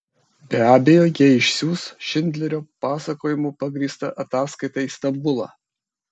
be abejo jie išsiųs šindlerio pasakojimu pagrįstą ataskaitą į stambulą